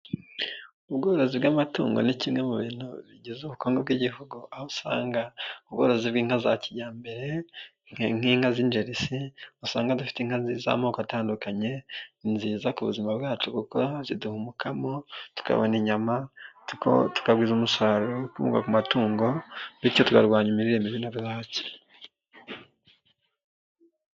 Ubworozi bw'amatungo ni kimwe mu bintu bigize ubukungu bw'igihugu, aho usanga ubworozi bw'inka za kijyambere nk'inka z'injerisi, usanga dufite inka nziza z'amoko atandukanye, ni nziza ku buzima bwacu kuko ziduha umukamo, tukabona inyama, tukagwiza umusaruro ukomoka ku matungo, bityo tukarwanya imirire mibi na bwake.